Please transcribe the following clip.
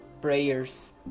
prayers